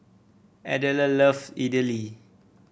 Adelard love Idili